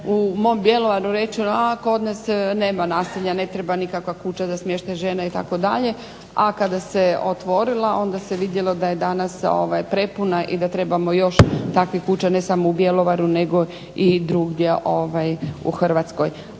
u mom Bjelovaru rečeno, a kod nas nema nasilja, ne treba nikakva kuća za smještaj žena itd., a kada se otvorila onda se vidjelo da je danas prepuna i da trebamo još takvih kuća ne samo u Bjelovaru nego i drugdje u Hrvatskoj.